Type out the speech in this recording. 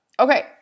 Okay